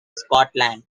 scotland